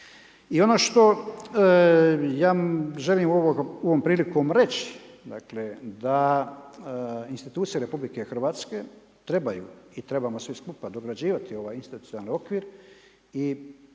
I ono što ja želim ovom prilikom reći dakle da institucije RH trebaju i trebamo svi skupa dograđivati ovaj institucionalni okvir i